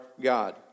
God